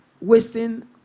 wasting